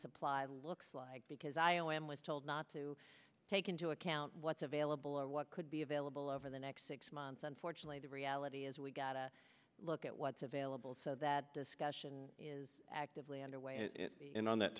supply looks like because i o m was told not to take into account what's available or what could be available over the next six months unfortunately the reality is we got a look at what's available so that discussion is actively underway and on that